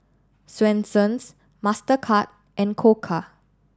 Swensens Mastercard and Koka